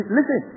Listen